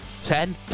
Ten